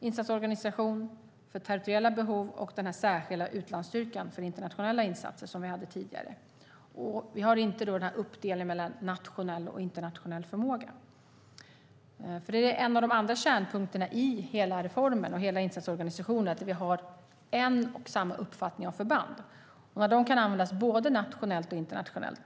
insatsorganisation för territoriella behov och den särskilda utlandsstyrka för internationella insatser som vi hade tidigare. Vi har inte uppdelningen mellan nationell och internationell förmåga. Det är en av de andra kärnpunkterna i hela reformen och hela insatsorganisationen att vi har en och samma uppfattning om förband och att de kan användas både nationellt och internationellt.